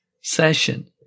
session